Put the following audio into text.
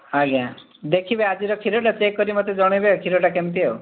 ଆଜ୍ଞା ଦେଖିବେ ଆଜିର କ୍ଷୀରଟା ଚେକ୍ କରି ମୋତେ ଜଣାଇବେ କ୍ଷୀରଟା କେମିତି ଆଉ